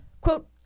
Quote